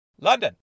London